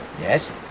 Yes